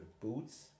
boots